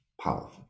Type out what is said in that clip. powerful